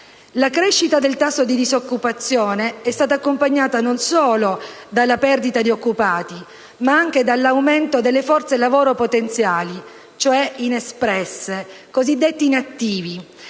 La crescita del tasso di disoccupazione è stata accompagnata non solo dalla perdita di occupati, ma anche dall'aumento delle forze lavoro potenziali, cioè inespresse (i cosiddetti inattivi),